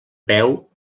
veu